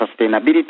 sustainability